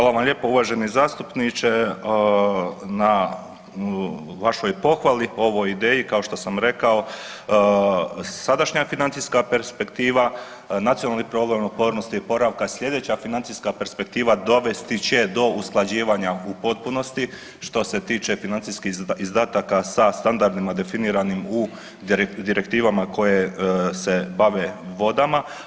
Hvala vam lijepo uvaženi zastupniče na vašoj pohvali ovoj ideji, kao što sam rekao sadašnja financijska perspektiva, Nacionalni program otpornosti i oporavka, sljedeća financijska perspektiva dovesti će do usklađivanja u potpunosti što se tiče financijskih izdataka sa standardima definiranim u direktivama koje se bave vodama.